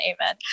amen